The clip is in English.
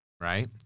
right